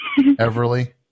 Everly